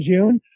June